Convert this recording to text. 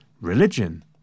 religion